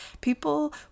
People